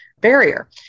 barrier